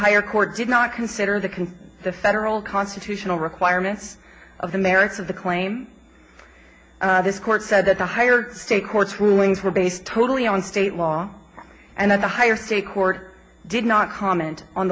higher court did not consider the can the federal constitutional requirements of the merits of the claim this court said that the higher state court's rulings were based totally on state law and that the higher state court did not comment on